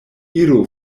iru